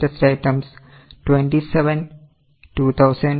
So which are the most latest items